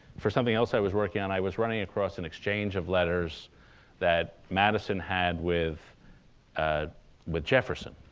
for something else i was working on, i was running across an exchange of letters that madison had with ah with jefferson.